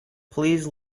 please